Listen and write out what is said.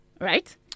right